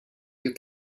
you